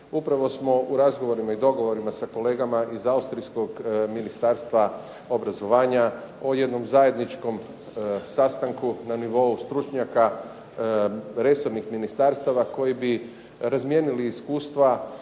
Upravo smo u razgovorima i dogovorima sa kolegama iz austrijskog ministarstva obrazovanja o jednom zajedničkom sastanku na nivou stručnjaka resornih ministarstava koji bi razmijenili iskustva